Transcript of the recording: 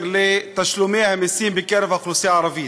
לתשלומי המסים בקרב האוכלוסייה הערבית.